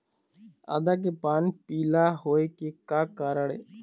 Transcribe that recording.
आदा के पान पिला होय के का कारण ये?